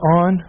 on